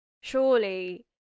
surely